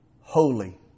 holy